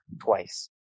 twice